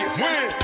win